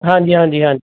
ਹਾਂਜੀ ਹਾਂਜੀ ਹਾਂਜੀ